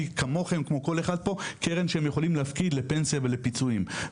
אליה הם יכולים להפקיד לפנסיה ולפיצויים,